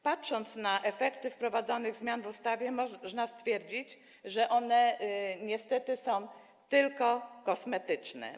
Patrząc na efekty wprowadzonych zmian w ustawie, można stwierdzić, że one niestety są tylko kosmetyczne.